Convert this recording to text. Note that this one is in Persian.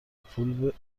پول